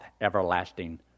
everlasting